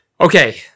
okay